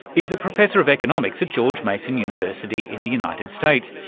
is a professor of economics at george mason university in the united states,